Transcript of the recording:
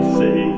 say